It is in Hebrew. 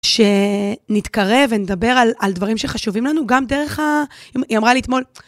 שנתקרב ונדבר על דברים שחשובים לנו גם דרך ה... היא אמרה לי אתמול...